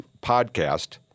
podcast